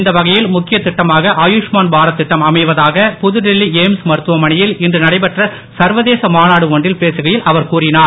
இந்த வகையில் முக்கிய திட்டமாக ஆயுஷ்மான் பாரத் திட்டம் அமைவதாக புதுடெல்லி எய்ம்ஸ் மருத்துவமனையில் இன்று நடைபெற்ற சர்வதேச மாநாடு ஒன்றில் பேசுகையில் அவர் கூறினார்